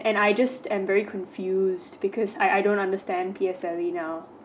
and I just I'm very confused because I I don't understand P_S now